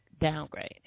downgrade